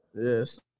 Yes